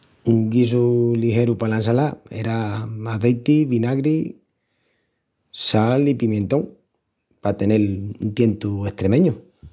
Un guisu ligeru pala ensalá era azeiti, vinagri, sal i pimientón, pa tenel un tientu estremeñu.